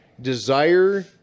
Desire